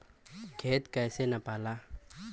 खेत कैसे नपाला?